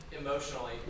Emotionally